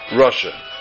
Russia